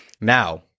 Now